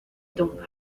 tonga